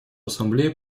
ассамблея